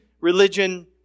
religion